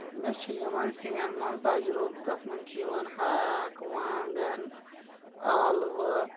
مےٚ چھُ یِمن سِنیٚن منٛز تَجروبہٕ تَتھ منٛز چھ یِوان ہاکھ واگن ٲلوٕ